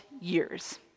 years